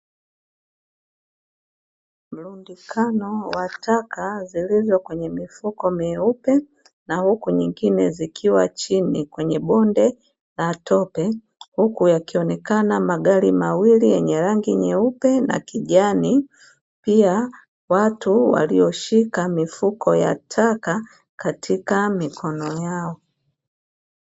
Mlundikano wa taka zilizo kwenye mifuko myeupe na huku nyingine zikiwa chini kwenye bonde la tope, huku yakionekana magari mawili yenye rangi nyeupe na kijani, pia watu walioshika mifuko ya taka katika mikono yao.